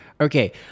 okay